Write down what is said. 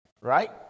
right